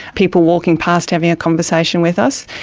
people walking past having a conversation with us.